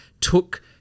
took